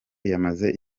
yamaze